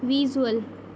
visual